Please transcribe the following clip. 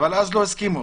-- אבל אז לא הסכימו.